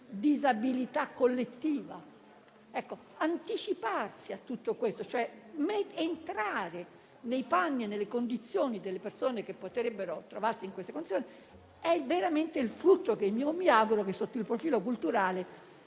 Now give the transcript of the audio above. disabilità collettiva. Anticiparsi rispetto a tutto questo, cioè entrare nei panni e nelle condizioni delle persone che potrebbero trovarsi in queste condizioni, è veramente il frutto che mi auguro derivi, sotto il profilo culturale,